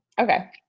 Okay